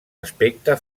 aspecte